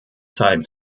zeit